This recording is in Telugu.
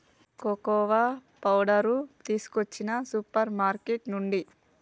కోకోవా పౌడరు తీసుకొచ్చిన సూపర్ మార్కెట్ నుండి